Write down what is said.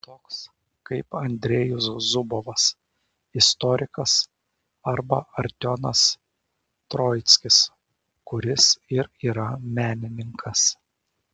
toks kaip andrejus zubovas istorikas arba artiomas troickis kuris ir yra menininkas